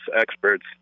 experts